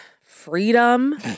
freedom